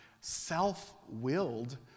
self-willed